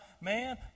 man